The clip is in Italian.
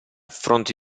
fronte